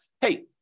hey